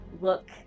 look